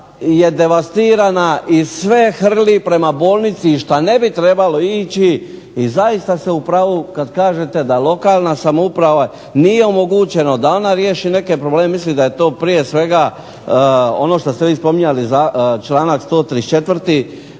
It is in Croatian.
je devastirana i sve hrli prema bolnici što ne bi trebalo ići i zaista ste u pravu kad kažete da lokalnoj samoupravi nije omogućeno da ona riješi. Mislim da je to prije svega ono što ste vi spominjali, članak 134.